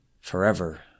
Forever